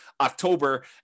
October